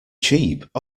cheap